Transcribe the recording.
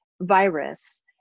virus